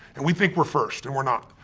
and we think we're first, and we're not.